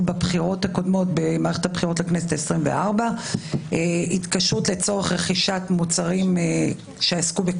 ועדת הבחירות הייתה צריכה להצטייד בזמן מאוד מאוד קצר במסכות לוועדת